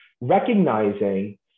recognizing